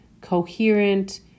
coherent